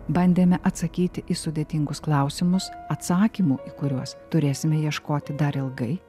bandėme atsakyti į sudėtingus klausimus atsakymų į kuriuos turėsime ieškoti dar ilgai